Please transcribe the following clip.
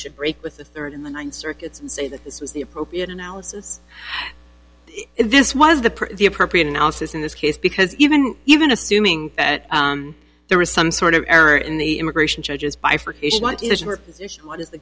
should break with the third in the ninth circuit and say that this was the appropriate analysis this was the the appropriate analysis in this case because even even assuming that there is some sort of error in the immigration judges by for what is the